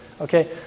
Okay